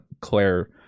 claire